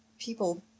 people